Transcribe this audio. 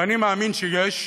ואני מאמין שיש,